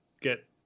get